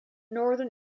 northern